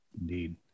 Indeed